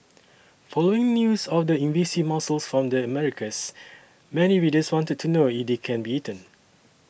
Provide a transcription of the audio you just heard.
following news of the invasive mussel from the Americas many readers wanted to know if they can be eaten